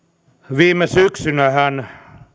viime syksynähän